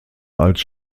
als